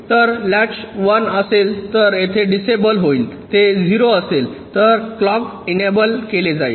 जर लॅच 1 असेल तर येथे डिसेबल होईल ते 0 असेल तर क्लॉक एनेबल केले जाईल